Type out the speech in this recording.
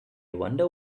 wonder